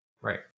right